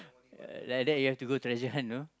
yeah like that you have to go treasure hunt you know